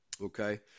Okay